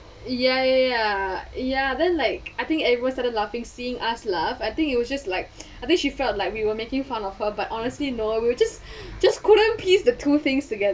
ya ya ya ya then like I think everyone started laughing seeing us laugh I think it was just like I think she felt like we were making fun of her but honestly no we were just just couldn't piece the two things toge~